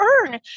earn